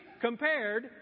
Compared